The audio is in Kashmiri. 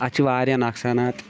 اَتھ چھِ واریاہ نۄقصانات